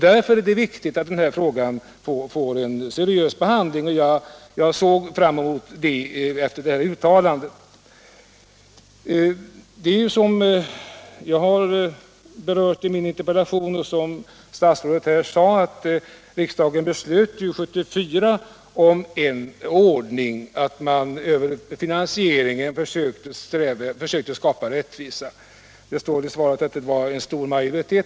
Därför är det viktigt att den här frågan får en seriös behandling. Jag såg fram mot det efter 'bostadsministerns uttalande. Nr 90 Riksdagen fattade, som jag har berört i min interpellation och som Fredagen den statsrådet också sade, 1974 beslut om att via finansieringen försöka skapa — 18 mars 1977 rättvisa i fråga om boendekostnaderna. Mato ir r oe Statsrådet säger i svaret att beslutet fattades med stor majoritet.